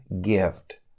gift